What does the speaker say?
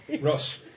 Ross